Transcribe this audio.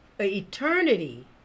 eternity